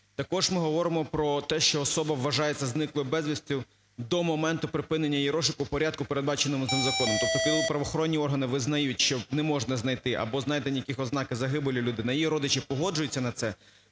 Також ми говоримо про те, що особа вважається зниклою безвісти до моменту припинення її розшуку у порядку, передбаченому цим законом. Тобто коли правоохоронні органи визнають, що не можна знайти або знайдено якихось ознак загибелі людини і її родичі погоджуються на це,